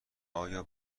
ایا